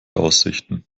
aussichten